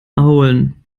erholen